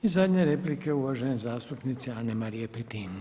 I zadnja replika uvažene zastupnice Ane-Marije Petin.